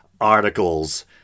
articles